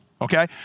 okay